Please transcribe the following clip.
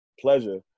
pleasure